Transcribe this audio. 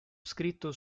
scritto